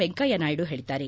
ವೆಂಕಯ್ಯ ನಾಯ್ದು ಹೇಳಿದ್ದಾರೆ